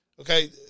Okay